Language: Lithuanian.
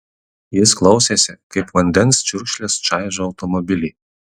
jis klausėsi kaip vandens čiurkšlės čaižo automobilį